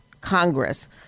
Congress –